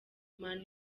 man